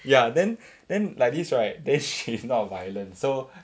ya then then like this right then she's not violent so